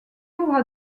aura